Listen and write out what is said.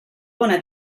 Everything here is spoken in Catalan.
bona